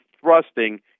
thrusting